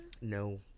No